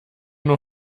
nur